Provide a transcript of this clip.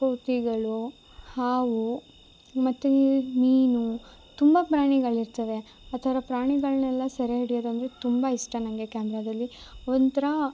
ಕೋತಿಗಳು ಹಾವು ಮತ್ತು ಮೀನು ತುಂಬ ಪ್ರಾಣಿಗಳಿರ್ತಾವೆ ಆ ಥರ ಪ್ರಾಣಿಗಳನ್ನೆಲ್ಲ ಸೆರೆಹಿಡಿಯೋದಂದರೆ ತುಂಬ ಇಷ್ಟ ನನಗೆ ಕ್ಯಾಮ್ರದಲ್ಲಿ ಒಂಥ್ರಾ